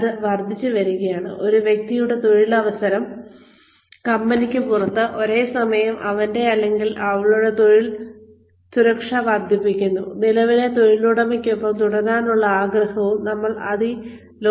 ഇത് വർധിച്ചുവരികയാണ് ഒരു വ്യക്തിയുടെ തൊഴിലവസരം കമ്പനിക്ക് പുറത്ത് ഒരേസമയം അവന്റെ അല്ലെങ്കിൽ അവളുടെ തൊഴിൽ സുരക്ഷയും നിലവിലെ തൊഴിലുടമയ്ക്കൊപ്പം തുടരാനുള്ള ആഗ്രഹവും വർദ്ധിപ്പിക്കുന്നു